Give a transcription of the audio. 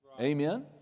Amen